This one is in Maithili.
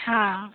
हँ